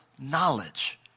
knowledge